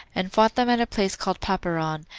and fought them at a place called papyron,